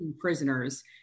prisoners